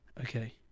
Okay